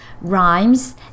rhymes